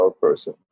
person